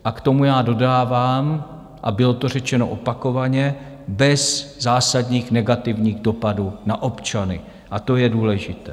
A k tomu já dodávám, a bylo to řečeno opakovaně: bez zásadních negativních dopadů na občany, a to je důležité.